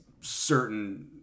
certain